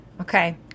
okay